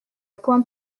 point